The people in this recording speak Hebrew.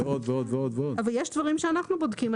אבל יש דברים שאנחנו בודקים.